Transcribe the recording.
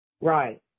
Right